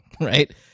right